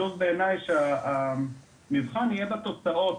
חשוב בעיניי שהמבחן יהיה בתוצאות.